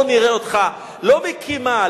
בוא נראה אותך לא מקים מאהל,